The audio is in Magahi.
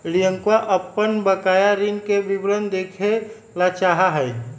रियंका अपन बकाया ऋण के विवरण देखे ला चाहा हई